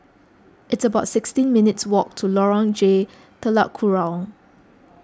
it's about sixteen minutes' walk to Lorong J Telok Kurau